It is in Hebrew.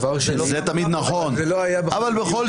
דבר שני, זה לא היה בחגיגיות.